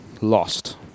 lost